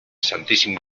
santíssim